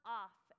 off